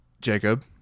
jacob